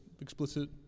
explicit